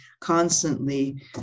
constantly